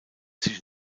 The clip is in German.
sich